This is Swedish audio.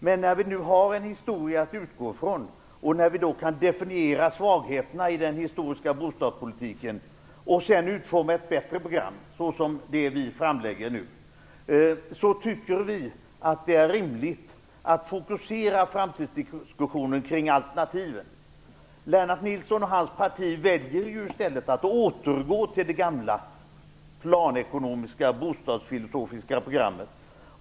Men vi har nu en historia att utgå från, och vi kan då definiera svagheterna i den historiska bostadspolitiken och sedan utforma ett bättre program, såsom det vi framlägger. Vi menar då att det är rimligt att fokusera framtidsdiskussionen kring alternativen. Lennart Nilsson och hans parti väljer i stället att återgå till det gamla planekonomiska, bostadsfilosofiska programmet.